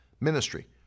ministry